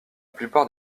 plupart